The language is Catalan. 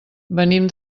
venim